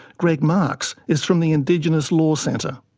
greg marks is from the indigenous law centre.